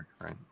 Right